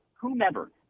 whomever